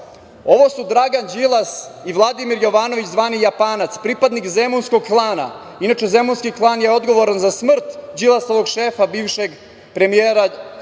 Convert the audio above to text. Ovo su Dragan Đilas i Vladimir Jovanović, zvani Japanac, pripadnik zemunskog klana, inače zemunski klan je odgovoran za smrt Đilasovog šefa bivšeg, premijera